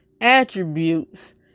attributes